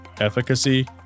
Efficacy